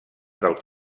del